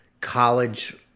college